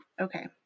okay